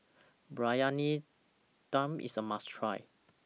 Briyani Dum IS A must Try